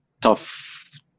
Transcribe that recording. tough